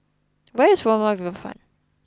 where is Furama Riverfront